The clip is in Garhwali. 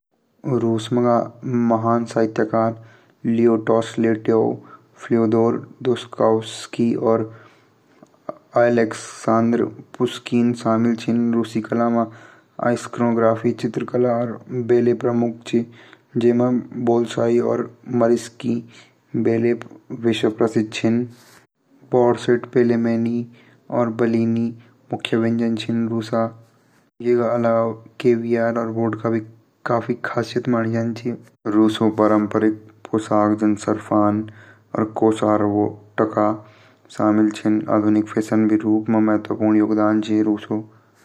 रूषी साहित्य विश्व प्रसिद्ध है। जैमा लेखक जैसे लियो टॉलस्टॉय फ्योदोर दोस्तोवस्की और ब्लादिमीर नाबोकोव है। रूसी कला विश्व प्रसिद्ध है। जैमा स्वान लेक और न नटकराकर शामिल है।